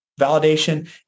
Validation